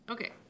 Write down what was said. Okay